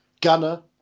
Gunner